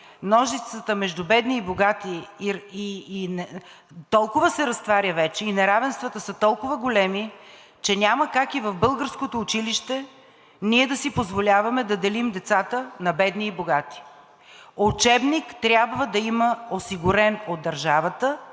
ножицата между бедни и богати толкова вече се разтваря и неравенствата са толкова големи, че няма как и в българското училище ние да си позволяваме да делим децата на бедни и богати. Учебник трябва да има осигурен от държавата